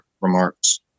remarks